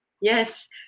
Yes